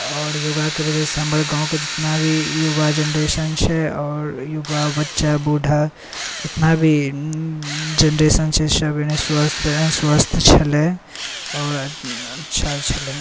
आओर योगाके वजहसँ हमर गामके जतना भी युवा जनरेशन छै आओर युवा बच्चा बूढ़ा जतना भी जनरेशन छै सब स्वस्थ स्वस्थ छलै आओर अच्छा छलै